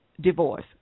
Divorce